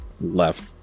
left